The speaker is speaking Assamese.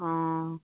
অঁ